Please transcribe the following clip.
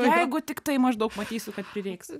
jeigu tiktai maždaug matysiu kad prireiks